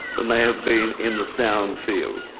than they have been in the sound field.